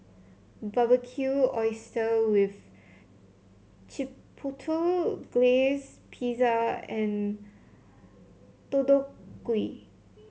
Barbecued Oysters with Chipotle Glaze Pizza and Deodeok Gui